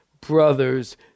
brothers